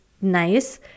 nice